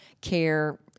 care